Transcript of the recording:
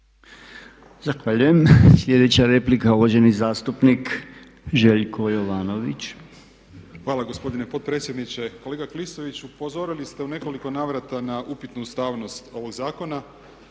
Zahvaljujem. Sljedeća replika je uvaženi zastupnik Željko Jovanović. **Jovanović, Željko (SDP)** Hvala gospodine potpredsjedniče. Kolega Klisović upozorili ste u nekoliko navrata na upitnu ustavnost ovog zakona,